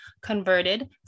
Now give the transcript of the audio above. Converted